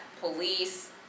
police